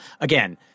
Again